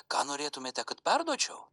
ką norėtumėte kad perduočiau